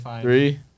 Three